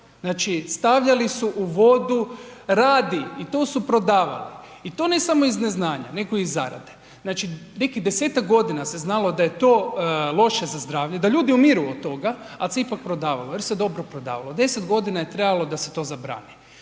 znači stavljali su u vodu radij i to su prodavali i to ne samo iz neznanja, nego iz zarade. Znači nekih 10-tak godina se znalo da je to loše za zdravlje, da ljudi umiru od toga, ali se ipak prodavalo jer se dobro prodavalo. 10 godina je trebalo da se to zabrani.